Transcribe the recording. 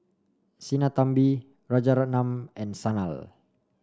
Sinnathamby Rajaratnam and Sanal